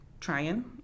trying